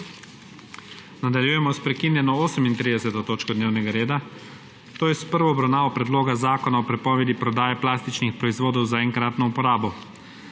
Nadaljujemo sprekinjeno 38. točko dnevnega reda, to je s prvo obravnavo Predloga zakona o prepovedi prodaje plastičnih proizvodov za enkratno uporabo.